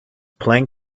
playing